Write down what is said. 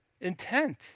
intent